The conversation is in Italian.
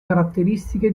caratteristiche